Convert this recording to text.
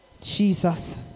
Jesus